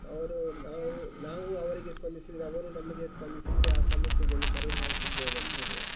ಅವರು ನಾವು ನಾವು ಅವರಿಗೆ ಸ್ಪಂದಿಸಿದರೆ ಅವರು ನಮಗೆ ಸ್ಪಂದಿಸಿದರೆ ಆ ಸಮಸ್ಯೆಗೆ ಒಂದು ಪರಿಹಾರ ಸಿಗ್ಬೋದು ಅಂತ ಹೇಳ್ಬೋದು